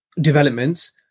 developments